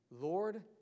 Lord